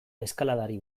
eskaladari